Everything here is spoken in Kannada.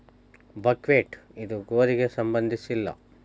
ಬಕ್ಹ್ವೇಟ್ ಇದು ಗೋಧಿಗೆ ಸಂಬಂಧಿಸಿಲ್ಲ